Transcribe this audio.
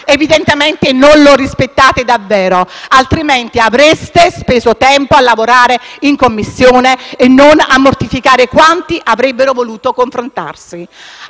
PD).*Evidentemente non lo rispettate davvero, altrimenti avreste speso tempo a lavorare in Commissione e non a mortificare quanti avrebbero voluto confrontarsi